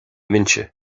mbinse